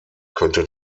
könnte